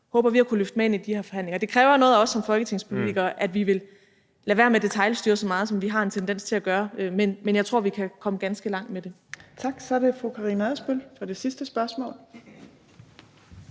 håber vi at kunne løfte med ind i de her forhandlinger. Og det kræver noget af os som folketingspolitikere, altså at vi vil lade være med at detailstyre så meget, som vi har en tendens til at gøre, men jeg tror, vi kan komme ganske langt med det. Kl. 15:42 Fjerde næstformand (Trine Torp):